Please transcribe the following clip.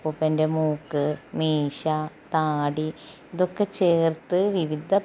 അപ്പൂപ്പൻ്റെ മൂക്ക് മീശ താടി ഇതൊക്കെ ചേർത്ത് വിവിധ